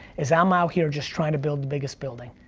is i'm out here just trying to build the biggest building.